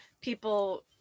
people